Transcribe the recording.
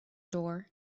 door